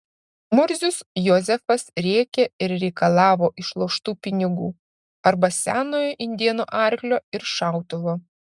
murzius jozefas rėkė ir reikalavo išloštų pinigų arba senojo indėno arklio ir šautuvo